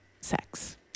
sex